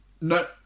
No